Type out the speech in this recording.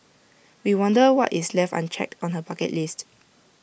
we wonder what is left unchecked on her bucket list